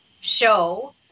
show